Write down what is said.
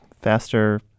faster